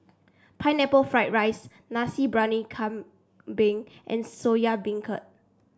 Pineapple Fried Rice Nasi Briyani Kambing and Soya Beancurd